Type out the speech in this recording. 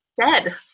Dead